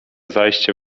zajście